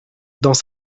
dans